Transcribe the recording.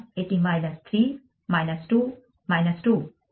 সুতরাং এটি 3 2 2